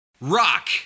Rock